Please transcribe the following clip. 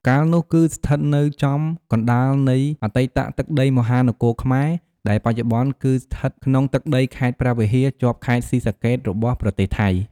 កាលនោះគឺស្ថិតនៅចំកណ្តាលនៃអតីតទឹកដីមហានគរខ្មែរ ដែលបច្ចុប្បន្នគឺស្ថិតក្នុងទឹកដីខេត្តព្រះវិហារ ជាប់ខេត្តស៊ីសាកេតរបស់ប្រទេសថៃ។